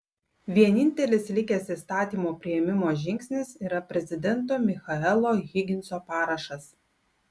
vienintelis likęs įstatymo priėmimo žingsnis yra prezidento michaelo higginso parašas